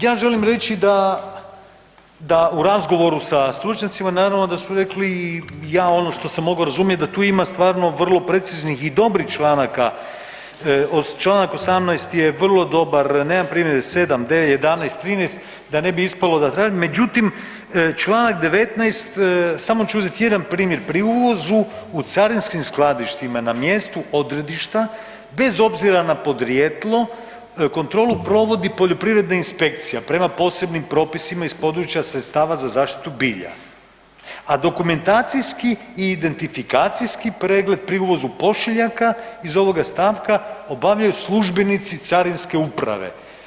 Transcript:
Ja želim reći da, da u razgovoru sa stručnjacima naravno da su rekli, ja ono što sam mogo razumjet, da tu ima stvarno vrlo preciznih i dobrih članaka, čl. 18. je vrlo dobar, nemam primjedbe, 7d., 11., 13. da ne bi ispalo da … [[Govornik se ne razumije]] Međutim, čl. 19. samo ću uzet jedan primjer, pri uvozu u carinskim skladištima na mjestu odredišta bez obzira na podrijetlo kontrolu provodi poljoprivredna inspekcija prema posebnim propisima iz područja sredstava za zaštitu bilja, a dokumentacijski i identifikacijski pregled pri uvozu pošiljaka iz ovoga stavka obavljaju službenici carinske uprave.